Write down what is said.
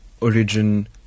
origin